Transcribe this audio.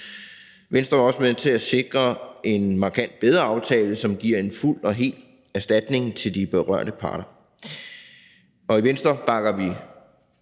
Venstre var også med til at sikre en markant bedre aftale, som giver en fuld og hel erstatning til de berørte parter. Og i Venstre bakker vi